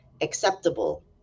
Acceptable